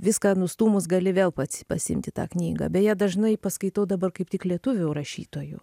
viską nustūmus gali vėl pats pasiimti tą knygą beje dažnai paskaitau dabar kaip tik lietuvių rašytojų